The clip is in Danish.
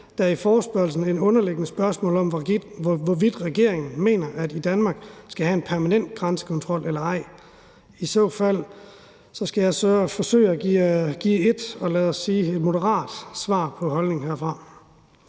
der i forespørgslen et underliggende spørgsmål om, hvorvidt regeringen mener, at Danmark skal have en permanent grænsekontrol eller ej. I så fald skal jeg forsøge at give et, lad os sige moderat svar på holdningen herfra.